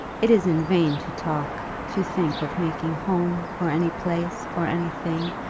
it is in vain to talk, to think of making home, or any place, or any thing,